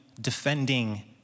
defending